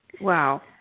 Wow